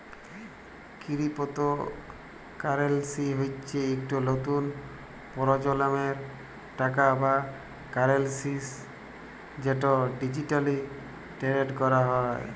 crypto currency হচ্যে ইকট লতুল পরজলমের টাকা বা কারেলসি যেট ডিজিটালি টেরেড ক্যরা হয়